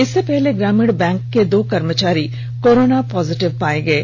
इससे पहले ग्रामीण बैंक के दो कर्मचारी कोरोना संक्रमित पाए गए थे